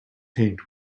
paint